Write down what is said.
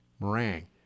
meringue